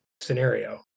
scenario